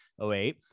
08